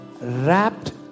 wrapped